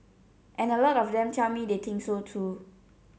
and a lot of them tell me that they think so too